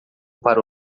para